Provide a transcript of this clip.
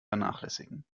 vernachlässigen